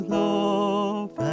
love